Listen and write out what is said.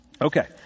Okay